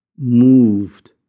moved